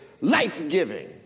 Life-giving